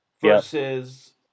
Versus